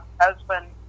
husband